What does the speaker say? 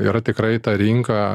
yra tikrai ta rinka